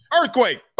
earthquake